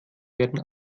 werden